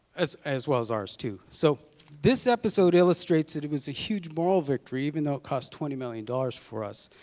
as as well as ours too. so this episode illustrates that it was a huge moral victory, even though it cost twenty million dollars dollars for us.